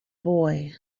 boy